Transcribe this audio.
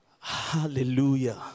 Hallelujah